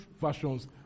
versions